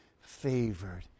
favored